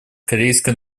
корейской